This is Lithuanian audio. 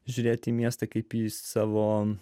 žiūrėti į miestą kaip į savon